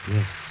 Yes